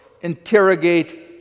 interrogate